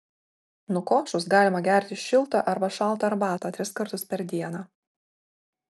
nukošus galima gerti šiltą arba šaltą arbatą tris kartus per dieną